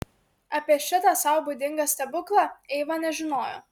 apie šitą sau būdingą stebuklą eiva nežinojo